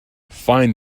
find